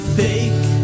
fake